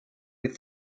with